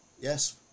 Yes